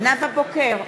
נאוה בוקר,